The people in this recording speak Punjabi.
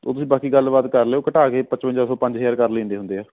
ਉਹ ਤੁਸੀਂ ਬਾਕੀ ਗੱਲਬਾਤ ਕਰਲਿਓ ਘਟਾ ਕੇ ਪਚਵੰਜਾ ਸੋ ਪੰਜ ਹਜ਼ਾਰ ਕਰ ਲੈਂਦੇ ਹੁੰਦੇ ਹੈ